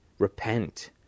repent